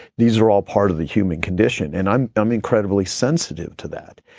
these are all part of the human condition, and i'm i'm incredibly sensitive to that,